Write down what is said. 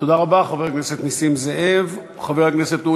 תודה רבה, חבר הכנסת נסים זאב.